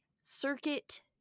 Circuit